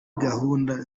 gahunda